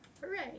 Hooray